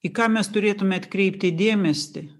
į ką mes turėtume atkreipti dėmesį